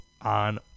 on